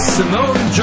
Simone